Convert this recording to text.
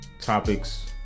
topics